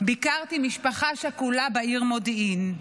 ביקרתי משפחה שכולה בעיר מודיעין.